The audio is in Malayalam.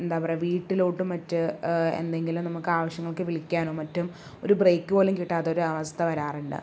എന്താ പറയുക വീട്ടിലോട്ടും മറ്റ് എന്തെങ്കിലും നമുക്ക് ആവശ്യങ്ങൾക്ക് വിളിക്കാനും മറ്റും ഒരു ബ്രേക്ക് പോലും കിട്ടാത്ത ഒരു അവസ്ഥ വരാറുണ്ട്